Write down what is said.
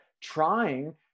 trying